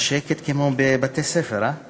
את רוצה שקט כמו בית-ספר, הא?